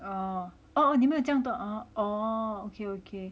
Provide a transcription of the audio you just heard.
哦哦你们有这样多 ah oh okay okay